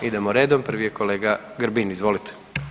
Idemo redom, prvi je kolega Grbin, izvolite.